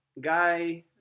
Guy